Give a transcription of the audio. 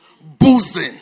boozing